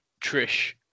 Trish